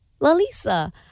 lalisa